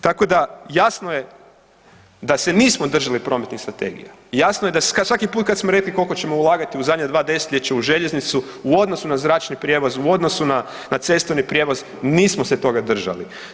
Tako da jasno je da se nismo držali prometnih strategija, jasno je da svaki put kad smo rekli koliko ćemo ulagati u zadnja dva desetljeća u željeznicu u odnosu na zračni prijevoz u odnosu na cestovni prijevoz nismo se toga držali.